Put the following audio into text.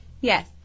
Yes